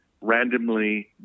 randomly